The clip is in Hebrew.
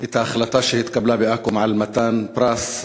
את ההחלטה שהתקבלה באקו"ם על מתן פרס,